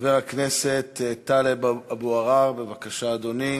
חבר הכנסת טלב אבו עראר, בבקשה, אדוני.